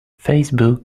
facebook